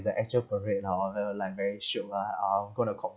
it's the actual parade lah all the like very shiok ah I'm going to